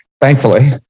thankfully